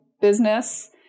business